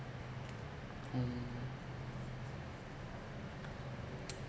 mm